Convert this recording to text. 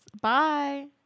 Bye